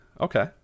Okay